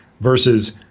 versus